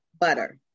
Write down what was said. butter